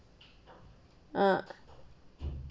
uh